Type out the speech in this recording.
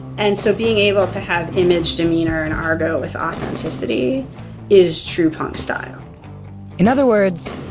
and so being able to have image, demeanor, and argot with authenticity is true punk style in other words,